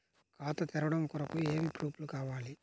ఖాతా తెరవడం కొరకు ఏమి ప్రూఫ్లు కావాలి?